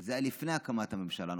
זה היה לפני הקמת הממשלה הנוכחית,